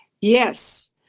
Yes